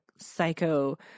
psycho